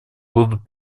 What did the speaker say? будут